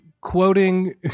quoting